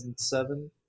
2007